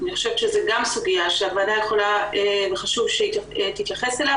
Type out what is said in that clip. אני חושבת שזו גם סוגיה שחשוב שהוועדה תתייחס אליה,